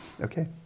Okay